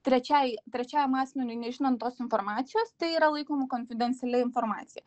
trečiajai trečiajam asmeniui nežinant tos informacijos tai yra laikoma konfidencialia informacija